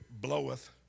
bloweth